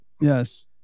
yes